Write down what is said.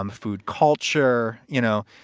um food culture, you know,